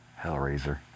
Hellraiser